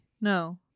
No